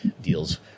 deals